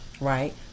right